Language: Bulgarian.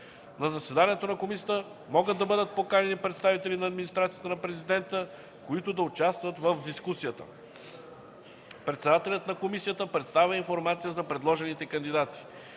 На заседанието на комисията могат да бъдат поканени представители на администрацията на президента, които да участват в дискусията. Председателят на комисията представя информация за предложените кандидати.